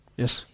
yes